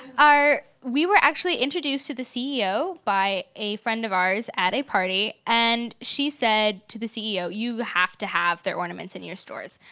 our we were actually introduced to the ceo by a friend of ours at a party. and she said to the ceo, you have to have their ornaments in your stores.